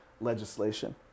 legislation